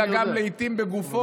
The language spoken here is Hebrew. אלא לעיתים גם בגופו,